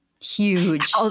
huge